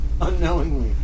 Unknowingly